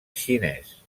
xinès